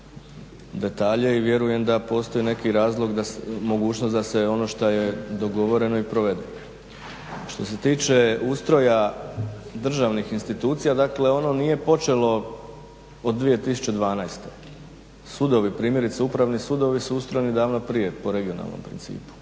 detalje i vjerujem da postoji neki razlog, mogućnost da se ono što je dogovoreno i provede. Što se tiče ustroja državnih institucija, dakle ono nije počelo od 2012., sudovi, primjerice upravni sudovi su ustrojeni davno prije po regionalnom principu,